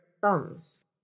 thumbs